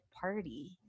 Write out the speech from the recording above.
party